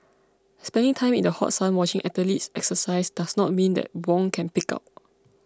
spending time in the hot sun watching athletes exercise does not mean that Wong can pig out